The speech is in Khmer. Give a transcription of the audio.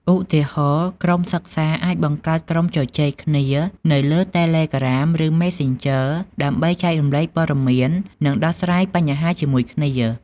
ឧទាហរណ៍ ក្រុមសិក្សាអាចបង្កើតក្រុមជជែកគ្នានៅលើ តេឡេក្រាម (Telegram) ឬ ម៉េសសេនជ័រ (Messenger) ដើម្បីចែករំលែកព័ត៌មាន និងដោះស្រាយបញ្ហាជាមួយគ្នា។